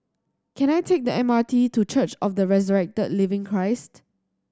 can I take the M R T to Church of the Resurrected Living Christ